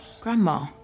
Grandma